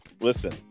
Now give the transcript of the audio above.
Listen